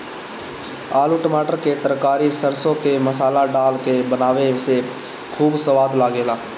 आलू टमाटर के तरकारी सरसों के मसाला डाल के बनावे से खूब सवाद लागेला